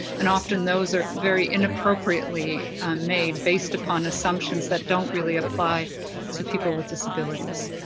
and often, those are very inappropriately made based upon assumptions that don't really apply to people with disabilities.